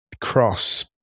cross